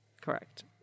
Correct